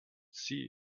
see